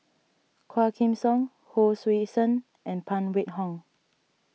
Quah Kim Song Hon Sui Sen and Phan Wait Hong